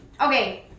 Okay